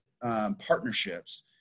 partnerships